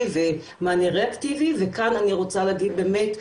ומענה רה-אקטיבי וכאן אני רוצה להגיד באמת,